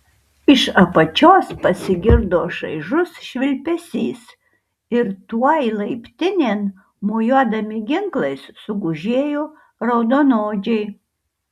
iš apačios pasigirdo šaižus švilpesys ir tuoj laiptinėn mojuodami ginklais sugužėjo raudonodžiai